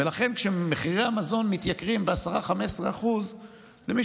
ולכן כשמחירי המזון מתייקרים ב-10%-15% מי